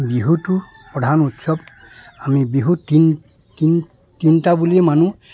বিহুটো প্ৰধান উৎসৱ আমি বিহু তিনি তিনি তিনিটা বুলিয়েই মানো